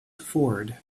forward